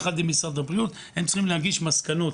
יחד עם משרד הבריאות צריכים להגיש מסקנות,